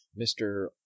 Mr